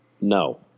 No